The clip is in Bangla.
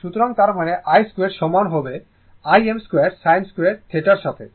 সুতরাং তার মানে i2 সমান হবে Im2sin2θ এর সাথে